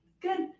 good